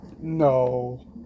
No